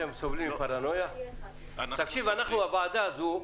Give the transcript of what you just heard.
אנחנו בוועדה הזאת,